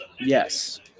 Yes